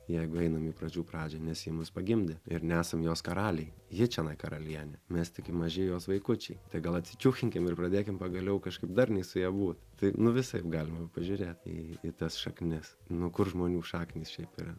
jeigu einam į pradžių pradžią nes ji mus pagimdė ir nesam jos karaliai ji čionai karalienė mes tik i maži jos vaikučiai tai gal acičiunchinkim ir pradėkim pagaliau kažkaip darniai su ja būt tai nu visaip galima pažiūrėt į į tas šaknis nu kur žmonių šaknys šiaip yra